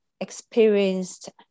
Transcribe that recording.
experienced